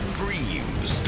dreams